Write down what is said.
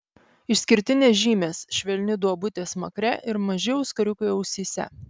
išskirtinės žymės švelni duobutė smakre ir maži auskariukai ausyse